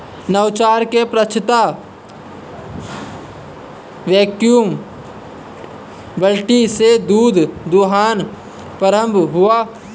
नवाचार के पश्चात वैक्यूम बाल्टी से दूध दुहना प्रारंभ हुआ